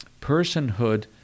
personhood